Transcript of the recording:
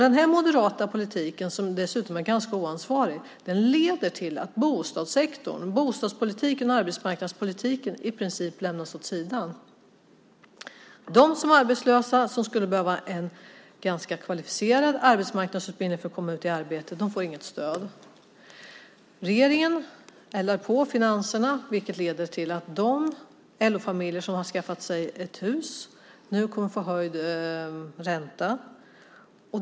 Den här moderata politiken, som dessutom är ganska oansvarig, leder till att bostadssektorn, bostadspolitiken och arbetsmarknadspolitiken i princip lämnas åt sidan. De som är arbetslösa och skulle behöva en ganska kvalificerad arbetsmarknadsutbildning för att komma ut i arbete får inget stöd. Regeringen eldar på finanserna vilket leder till att de LO-familjer som har skaffat sig ett hus nu kommer att få höjd ränta.